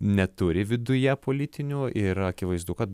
neturi viduje politinių ir akivaizdu kad